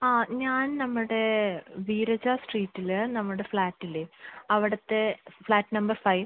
ആ ഞാൻ നമ്മുടെ ധീരജ സ്ട്രീറ്റിലെ നമ്മുടെ ഫ്ലാറ്റില്ലേ അവിടത്തെ ഫ്ലാറ്റ് നമ്പർ ഫൈവ്